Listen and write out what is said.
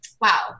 wow